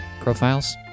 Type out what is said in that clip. profiles